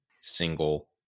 single